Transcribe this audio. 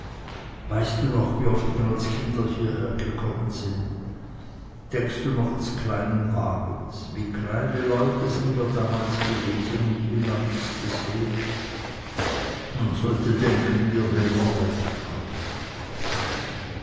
weißt du noch wie oft wir als kinder hierher gekommen sind denkst du noch des kleinen wagens wie kleine leute sind wir damals gewesen und wie lang ist es her man sollte denken wir wären recht alt